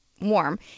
warm